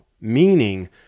meaning